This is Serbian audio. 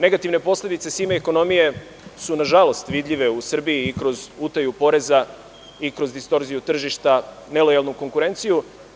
Negativne posledice sive ekonomije su nažalost vidljive u Srbiji kroz utaju poreza i kroz distorziju tržišta, nelojalnu konkurenciju.